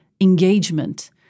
engagement